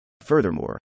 Furthermore